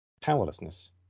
powerlessness